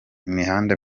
imihanda